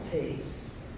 peace